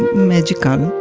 magical